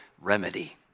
remedy